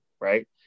right